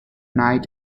night